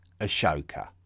Ashoka